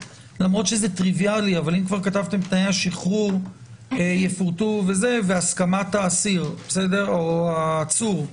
אבל אם כבר כתבתם תנאי השחרור יפורטו והסכמת האסיר או העצור.